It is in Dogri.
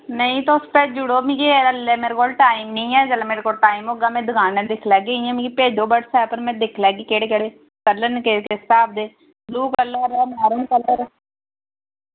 नेईं तुस भेजूड़ो मिकी एल्लै मेरे कोल टाइम नी ऐ जेल्लै मेरे कोल टाइम होगा मैं दुकाना दिक्खी लैगी इय्यां मिकी भेजो व्हाट्सऐप्प पर मैं दिक्खी लैगी केह्ड़े केह्ड़े कलर न के किस स्हाब दे ब्लू कलर मैरून कलर